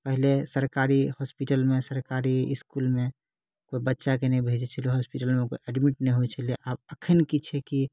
पहिले सरकारी हॉस्पिटलमे सरकारी इसकुलमे कोइ बच्चाके नहि भेजै छलै हॉस्पिटलमे कोइ एडमिट नहि होइ छलै आब एखन की छै कि